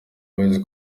boys